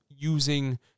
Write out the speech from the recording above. using